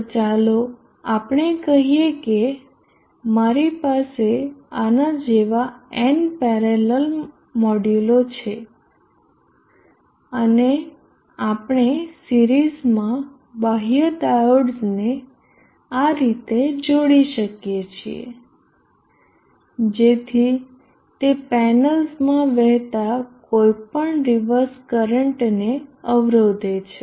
તો ચાલો આપણે કહીએ કે મારી પાસે આના જેવા n પેરેલલ મોડ્યુલો છે અને આપણે સિરીઝમાં બાહ્ય ડાયોડ્સને આ રીતે જોડી શકીએ છીએ જેથી તે પેનલ્સમાં વહેતા કોઈપણ રીવર્સ કરંટને અવરોધે છે